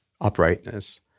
uprightness